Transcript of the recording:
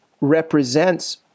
represents